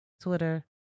Twitter